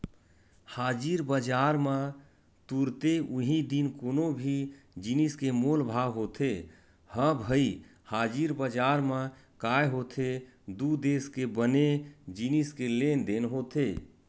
हाजिर बजार म तुरते उहीं दिन कोनो भी जिनिस के मोल भाव होथे ह भई हाजिर बजार म काय होथे दू देस के बने जिनिस के लेन देन होथे